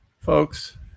Folks